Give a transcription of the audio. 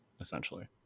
essentially